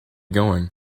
going